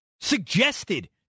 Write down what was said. Suggested